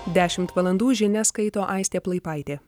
dešimt valandų žinias skaito aistė plaipaitė